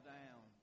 down